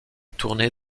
tournée